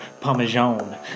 parmesan